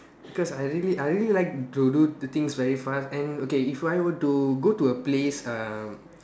because I really I really like to do the things very fast and okay if I were to go to a place uh